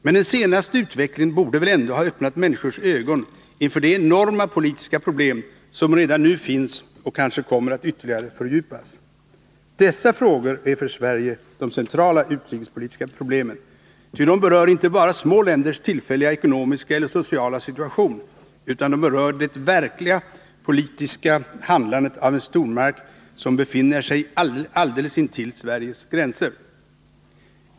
Men den senaste utvecklingen borde väl ändå ha öppnat människors ögon inför de enorma politiska problem som redan nu finns och kanske kommer att ytterligare fördjupas. Dessa frågor är för Sverige de centrala utrikespolitiska problemen, ty de berör inte bara små länders tillfälliga ekonomiska eller sociala situation utan också det verkliga politiska handlandet av en stormakt som befinner sig alldeles intill Sveriges gränser.